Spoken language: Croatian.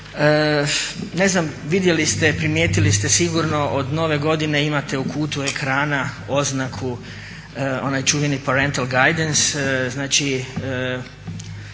Internetu. Vidjeli ste, primijetili ste sigurno, od Nove godine imate u kutu ekrana oznaku onaj čuveni Parental guidness,